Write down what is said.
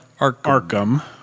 Arkham